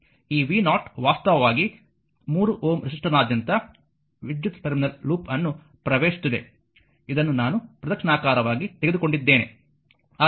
ಈ v0 ವಾಸ್ತವವಾಗಿ 3 Ω ರೆಸಿಸ್ಟರ್ನಾದ್ಯಂತ ವಿದ್ಯುತ್ ಟರ್ಮಿನಲ್ ಲೂಪ್ ಅನ್ನು ಪ್ರವೇಶಿಸುತ್ತಿದೆ ಇದನ್ನು ನಾನು ಪ್ರದಕ್ಷಿಣಾಕಾರವಾಗಿ ತೆಗೆದುಕೊಂಡಿದ್ದೇನೆ